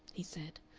he said,